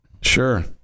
Sure